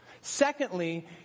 Secondly